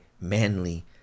manly